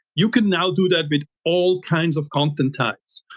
you can now do that with all kinds of content types.